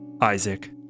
isaac